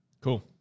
Cool